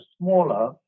smaller